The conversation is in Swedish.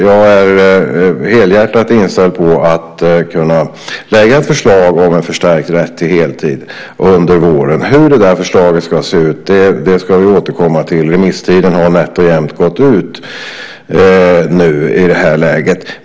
Jag är helhjärtat inställd på att under våren kunna lägga fram ett förslag om förstärkt rätt till heltid. Hur det förslaget ska se ut återkommer vi till. Remisstiden har i det här läget nätt och jämt gått ut.